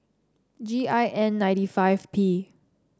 G I N ninety five P